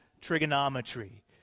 trigonometry